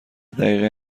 دقیقه